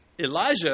Elijah